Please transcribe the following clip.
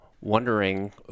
wondering